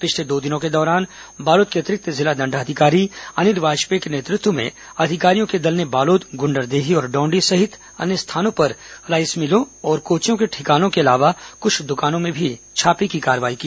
पिछले दो दिनों के दौरान बालोद के अतिरिक्त जिला दंडाधिकारी अनिल वाजपेयी के नेतृत्व में अधिकारियों के दल ने बालोद गुंडरदेही और डोंडी सहित अन्य स्थानों पर राईस मिलों और कोचियों के ठिकानों के अलावा कुछ दुकानों में भी छापे की कार्रवाई की